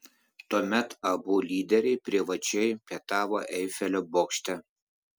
tuomet abu lyderiai privačiai pietavo eifelio bokšte